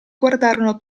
guardarono